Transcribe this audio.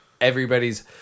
everybody's